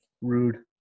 rude